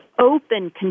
open